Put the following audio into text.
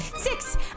Six